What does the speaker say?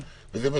זה גם מה